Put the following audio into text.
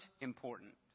important